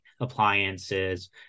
appliances